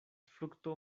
frukto